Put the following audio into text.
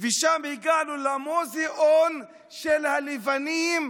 ושם הגענו למוזיאון של הלבנים,